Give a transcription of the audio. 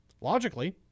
logically